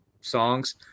songs